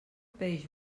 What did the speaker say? peix